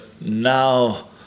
now